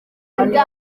rimwe